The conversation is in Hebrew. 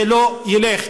זה לא ילך.